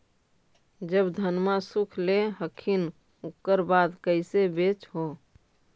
जब धनमा सुख ले हखिन उकर बाद कैसे बेच हो?